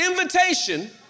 invitation